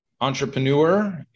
entrepreneur